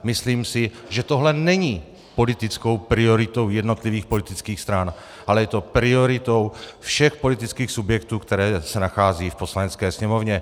Myslím si, že tohle není politickou prioritou jednotlivých politických stran, ale je to prioritou všech politických subjektů, které se nacházejí v Poslanecké sněmovně.